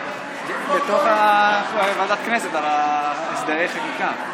בתוך ועדת כנסת על הסדרי חקיקה.